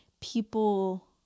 people